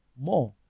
more